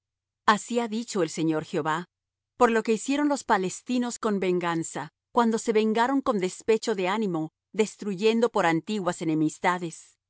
así ha dicho el señor jehová por lo que hicieron los palestinos con venganza cuando se vengaron con despecho de ánimo destruyendo por antiguas enemistades por